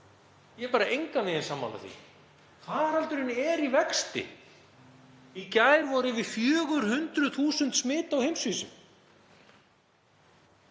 Ég er engan veginn sammála því. Faraldurinn er í vexti. Í gær voru yfir 400.000 smit á heimsvísu.